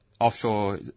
offshore